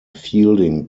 fielding